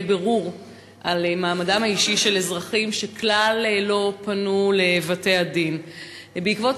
בירור על מעמדם האישי של אזרחים שכלל לא פנו לבתי-הדין בעקבות